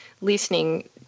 listening